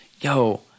yo